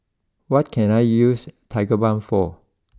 what can I use Tigerbalm for